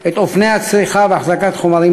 התשע"ד 2014,